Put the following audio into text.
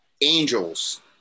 Angels